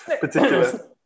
particular